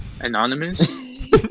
Anonymous